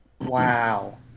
Wow